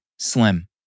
Slim